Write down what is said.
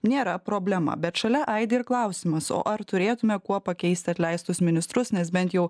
nėra problema bet šalia aidi ir klausimas o ar turėtume kuo pakeisti atleistus ministrus nes bent jau